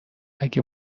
اگه